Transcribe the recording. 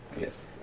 yes